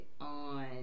on